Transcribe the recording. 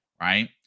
right